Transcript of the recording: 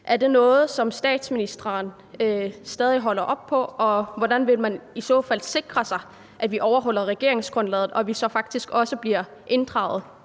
Er det noget, som statsministeren stadig holder fast i, og hvordan vil man i så fald sikre sig, at man overholder regeringsgrundlaget, og at vi så også faktisk bliver inddraget